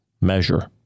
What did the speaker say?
measure